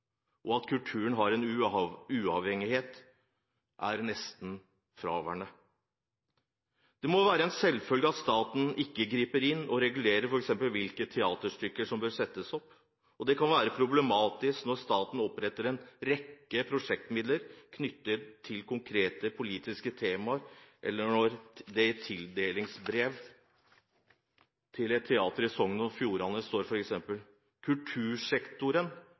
nesten fraværende. Det må være en selvfølge at staten ikke griper inn og regulerer f.eks. hvilke teaterstykker som bør settes opp, og det kan være problematisk når staten oppretter en rekke prosjektmidler knyttet til konkrete politiske tema, som når det i tildelingsbrevet til teatret i Sogn og Fjordane står